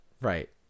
right